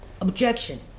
objection